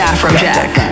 Afrojack